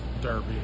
Derby